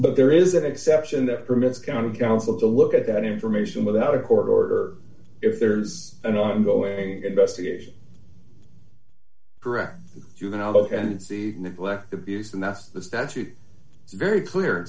but there is an exception that permits county council to look at that information without a court order if there's an ongoing investigation correct the juvenile and see neglect abuse and that's the statute it's very clear